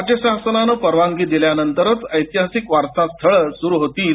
राज्य शासनानं परवानगी दिल्यानंतरच ऐतिहासिक वारसास्थळं सुरू होतील